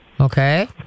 Okay